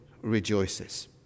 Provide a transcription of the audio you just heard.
Rejoices